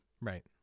Right